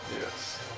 Yes